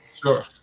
sure